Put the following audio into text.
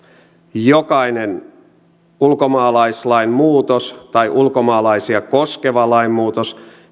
jokainen ulkomaalaislain muutos tai ulkomaalaisia koskeva lainmuutos